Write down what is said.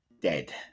dead